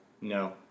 No